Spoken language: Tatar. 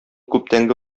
күптәнге